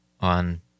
on